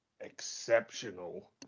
exceptional